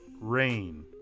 rain